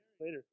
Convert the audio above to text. later